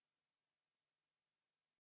Kiitos.